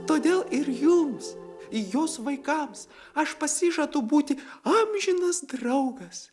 todėl ir jums jos vaikams aš pasižadu būti amžinas draugas